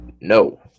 No